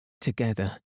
together